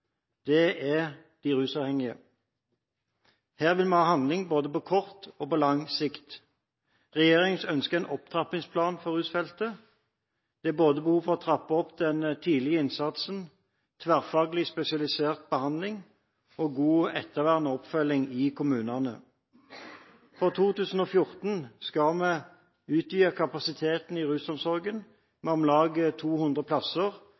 det er de rusavhengige. Her vil vi ha handling både på kort og på lang sikt. Regjeringens ønske er en opptrappingsplan for rusfeltet. Det er både behov for å trappe opp den tidlige innsatsen, tverrfaglig spesialisert behandling og godt ettervern og oppfølging i kommunene. For 2014 skal vi utvide kapasiteten i rusomsorgen med om lag 200 plasser